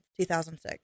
2006